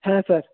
হ্যাঁ স্যার